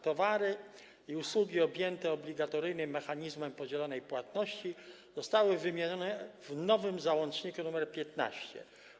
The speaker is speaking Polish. Towary i usługi objęte obligatoryjnym mechanizmem podzielonej płatności zostały wymienione w nowym załączniku nr 15.